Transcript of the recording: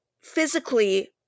physically